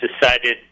decided